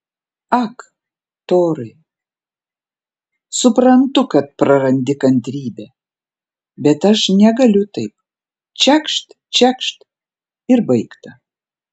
ak torai suprantu kad prarandi kantrybę bet aš negaliu taip čekšt čekšt ir baigta